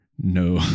no